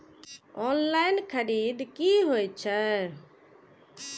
Online खरीद की होए छै?